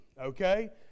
okay